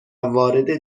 وارد